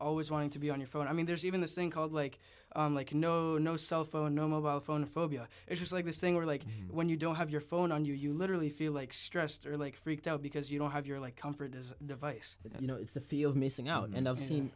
always going to be on your phone i mean there's even this thing called like like no no cell phone no mobile phone phobia issues like this thing where like when you don't have your phone on you you literally feel like stressed or like freaked out because you don't have your like comfort as device you know it's the fear of missing out and i've seen